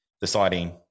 deciding